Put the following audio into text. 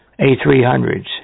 A300s